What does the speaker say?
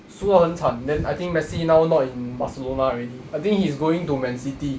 输到很惨 then I think messi now not in barcelona already I think he's going to man city